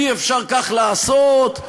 אי-אפשר כך לעשות,